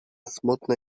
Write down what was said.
smutny